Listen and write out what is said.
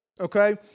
Okay